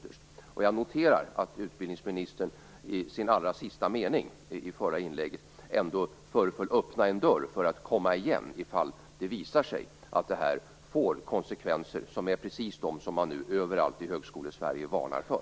Jag noterar att utbildningsministern i den allra sista meningen av sitt förra inlägg ändå föreföll öppna en dörr för att komma igen ifall det visar sig att det här får sådana konsekvenser som man nu överallt i Högskolesverige varnar för.